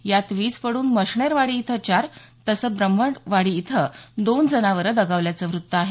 यात वीज पडून मष्णेरवाडी इथं चार तसं ब्रह्मवाडी इथं दोन जनावरं दगावल्याचं वृत्त आहे